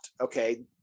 okay